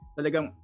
Talagang